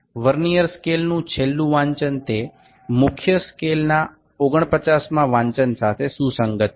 vernier સ્કેલનું છેલ્લું વાંચન તે મુખ્ય સ્કેલના 49માં વાંચન સાથે સુસંગત છે